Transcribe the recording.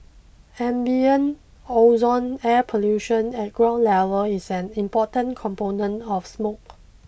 ambient ozone air pollution at ground level is an important component of smoke